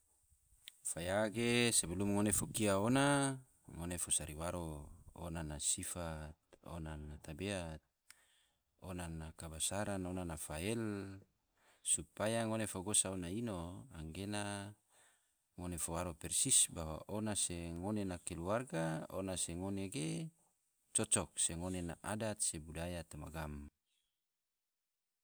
Faya ge sebelum ngone fo kia ona, ngone fo sari waro ona na sifat, ona na tabeat, ona na kabasaran, ona na fael, supaya ngone fo gosa ona ino, anggena ngone fo waro persis bahwa ona se ngone na keluarga, ona se ngone ge cocok, se adat se budaya toma gam